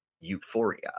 euphoria